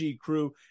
crew